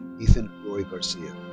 ethan roi garcia.